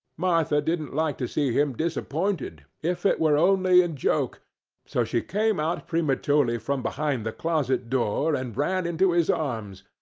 martha didn't like to see him disappointed, if it were only in joke so she came out prematurely from behind the closet door, and ran into his arms,